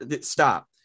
stop